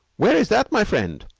where is that, my friend?